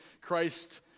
Christ